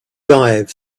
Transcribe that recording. dive